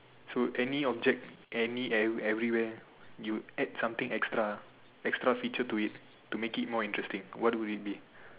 to any objects any every everywhere you add something extra extra feature to it to make it more interesting what would it be